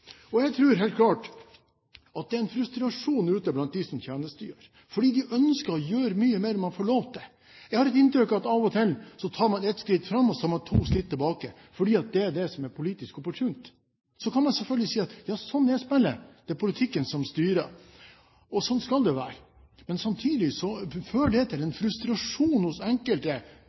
Jeg tror helt klart at det er frustrasjon ute blant dem som tjenestegjør, fordi de ønsker å gjøre mye mer enn det de får lov til. Jeg har inntrykk av at man av og til tar ett skritt fram, og så tar man to skritt tilbake, fordi det er det som er politisk opportunt. Så kan man selvfølgelig si at sånn er spillet. Det er politikken som styrer. Sånn skal det være, men samtidig fører det til en frustrasjon hos enkelte